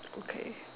okay